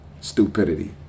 stupidity